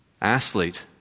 athlete